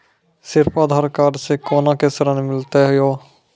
सिर्फ आधार कार्ड से कोना के ऋण मिलते यो?